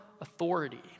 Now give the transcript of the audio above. authority